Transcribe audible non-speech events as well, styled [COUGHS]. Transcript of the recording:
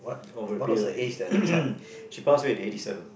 oh [COUGHS] she passed away at eighty seven